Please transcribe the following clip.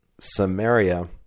samaria